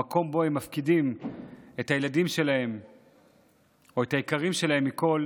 המקום שבו הם מפקידים את הילדים שלהם או את היקרים להם מכול,